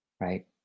right